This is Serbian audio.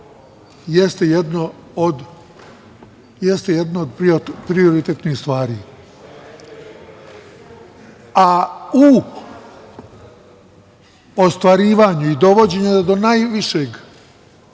jeste jedno od prioritetnih stvari.U ostvarivanju i dovođenju do najvišeg